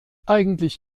eigentlich